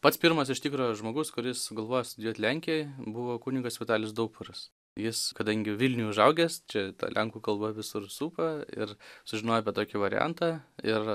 pats pirmas iš tikrojo žmogaus kuris sugalvojo studijuot lenkijoj buvo kunigas vitalijus daupras jis kadangi vilniuj užaugęs čia lenkų kalba visur supa ir sužinojo apie tokį variantą ir